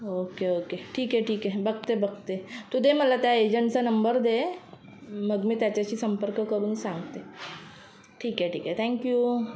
okay okay ठीक आहे ठीक आहे बघते बघते तू दे मला त्या एजंटचा नंबर दे मग मी त्याच्याशी संपर्क करून सांगते ठीक आहे ठीक आहे थँक्यू